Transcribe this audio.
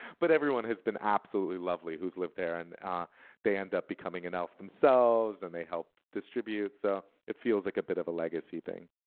but everyone has been absolutely lovely who's who's lived there and ah they end up becoming an elf themselves and they help distribute, so it feels like a bit of a legacy thing.